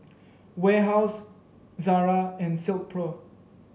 Warehouse Zara and Silkpro